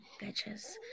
bitches